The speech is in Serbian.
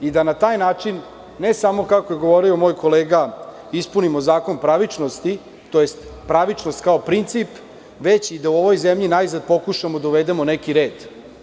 Da na taj način, ne samo kako je govorio moj kolega, ispunimo zakon pravičnosti, tj. pravičnost kao princip, već da u ovoj zemlji najzad pokušamo da uvedemo neki red.